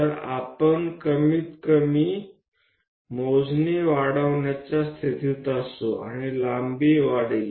तर आपण कमीतकमी मोजणी वाढवण्याच्या स्थितीत असू आणि लांबीही वाढेल